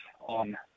on